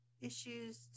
issues